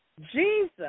Jesus